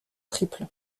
triples